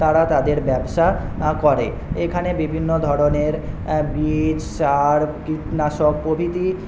তারা তাদের ব্যবসা করে এইখানে বিভিন্ন ধরনের বীজ সার কীটনাশক প্রভৃতির